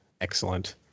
Excellent